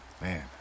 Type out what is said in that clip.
Man